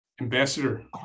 Ambassador